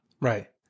Right